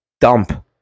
dump